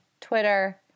Twitter